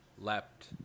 leapt